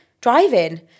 Driving